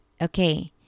okay